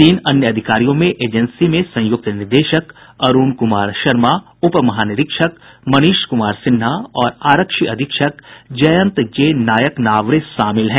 तीन अन्य अधिकारियों में एजेंसी में संयुक्त निदेशक अरुण कुमार शर्मा उपमहानिरीक्षक मनीष कुमार सिन्हा और आरक्षी अधीक्षक जयंत जे नायकनावरे शामिल हैं